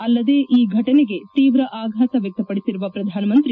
ಅಲ್ಲದೆ ಈ ಫಟನೆಗೆ ತೀವ್ರ ಆಘಾತ ವ್ಹಕ್ತಡಿಸಿರುವ ಪ್ರಧಾನಮಂತ್ರಿ